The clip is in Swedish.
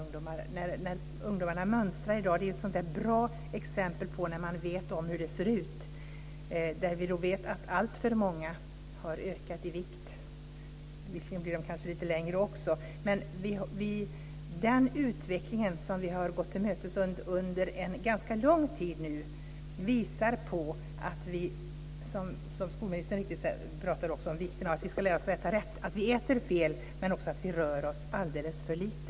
När ungdomarna mönstrar är det ett bra tillfälle när man kan se hur det ser ut. Alltför många har ökat i vikt, även om de visserligen också blir lite längre. Den utveckling som vi har gått till mötes under en ganska lång tid nu visar hur viktigt det är, som skolministern också säger, att vi lär oss att äta rätt. Nu äter vi fel och rör oss alldeles för lite.